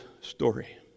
story